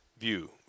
view